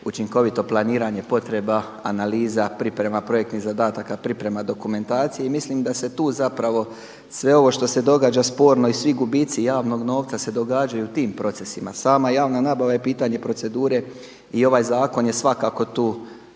učinkovito planiranje potreba analiza, priprema projektnih zadataka, priprema dokumentacije i mislim da se tu sve ovo što se događa sporno i svi gubici javnog novca se događaju u tim procesima. Sama javna nabava je pitanje procedure i ovaj zakon je svakako tu